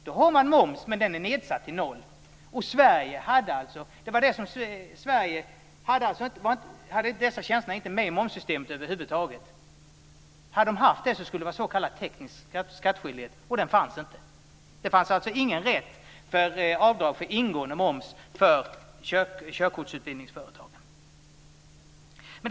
Man har alltså moms men den är nedsatt till noll. Sverige hade över huvud taget inte med dessa tjänster i momssystemet. Om så hade varit fallet skulle det ha förelegat en s.k. teknisk skattskyldighet men en sådan fanns inte. Det fanns alltså ingen rätt för avdrag för ingående moms för körkortsutbildningsföretagen.